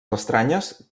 estranyes